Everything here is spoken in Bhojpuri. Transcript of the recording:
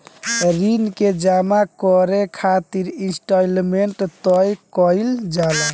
ऋण के जामा करे खातिर इंस्टॉलमेंट तय कईल जाला